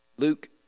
Luke